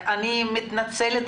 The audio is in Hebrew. אני מתנצלת,